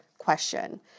question